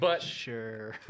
Sure